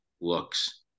looks